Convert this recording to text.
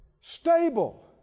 Stable